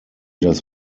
das